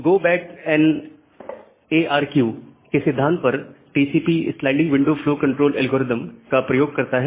go back N A R Q के सिद्धांत में TCP sliding window flow control algorithm का प्रयोग करता है